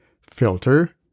Filter